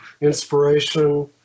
inspiration